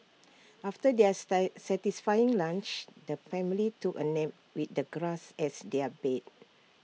after their style satisfying lunch the family took A nap with the grass as their bed